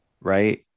right